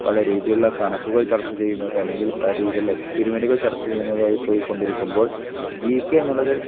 പല രീതിയിലുള്ള കണക്കുകൾ ചർച്ച ചെയ്യുന്നത് അല്ലെങ്കിൽ പല രീതിയിലുള്ള എക്സ്പെരിമെൻറുകൾ ചർച്ച ചെയ്യുന്നതായി പോയിക്കൊണ്ടിരിക്കുമ്പോൾ ജി കെ എന്നുള്ളതിൽ